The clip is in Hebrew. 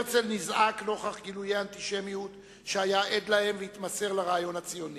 הרצל נזעק נוכח גילויי אנטישמיות שהיה עד להם והתמסר לרעיון הציוני.